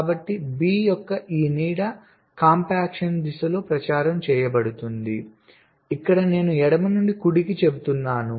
కాబట్టి B యొక్క ఈ నీడ కాంపాక్షన్ దిశలో ప్రచారం చేయబడుతుంది ఇక్కడ నేను ఎడమ నుండి కుడికి చెబుతున్నాను